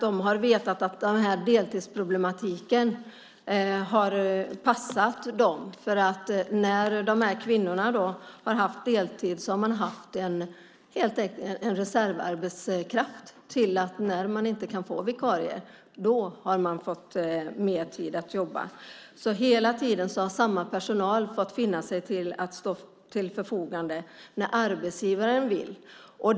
De har vetat att den här deltidsproblematiken har passat dem. När de här kvinnorna har haft deltid har man helt enkelt haft en reservarbetskraft när man inte har kunnat få vikarier. Då har kvinnorna fått mer tid att jobba. Hela tiden har samma personal fått finna sig i att stå till förfogande när arbetsgivaren vill.